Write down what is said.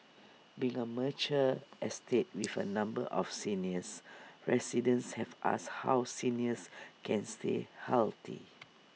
being A mature estate with A number of seniors residents have asked how seniors can stay healthy